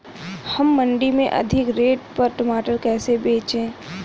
हम मंडी में अधिक रेट पर टमाटर कैसे बेचें?